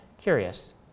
Curious